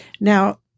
Now